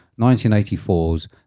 1984's